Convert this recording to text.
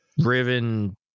driven